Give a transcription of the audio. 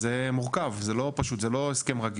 וזה מורכב, זה לא פשוט, זה לא הסכם רגיל.